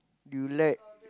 you like